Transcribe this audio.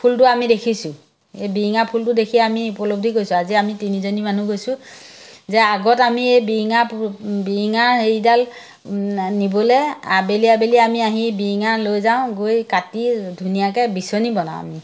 ফুলটো আমি দেখিছোঁ এই বিৰিঙা ফুলটো দেখি আমি উপলব্ধি কৰিছোঁ আজি আমি তিনিজনী মানুহ গৈছোঁ যে আগত আমি এই বিৰিঙা বিৰিঙাৰ হেৰিডাল নিবলে আবেলি আবেলি আমি আহি বিৰিঙা লৈ যাওঁ গৈ কাটি ধুনীয়াকে বিচনি বনাওঁ আমি